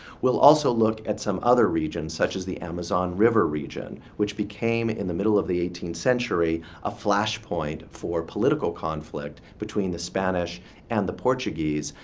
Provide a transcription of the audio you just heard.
we'll also look at some other regions, such as the amazon river region, which became, in the middle of the eighteenth century, a flashpoint for political conflict between the spanish and the portuguese,